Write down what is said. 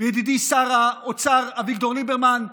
וידידי שר האוצר אביגדור ליברמן,